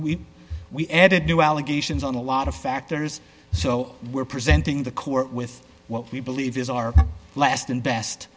we we added new allegations on a lot of factors so we're presenting the court with what we believe is our last and best